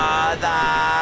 Mother